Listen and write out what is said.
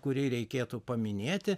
kurį reikėtų paminėti